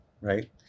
right